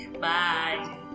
bye